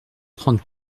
trente